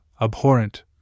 abhorrent